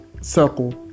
circle